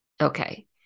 Okay